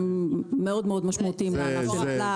שמאוד מאוד משמעותיים לעסקים הקטנים.